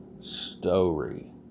story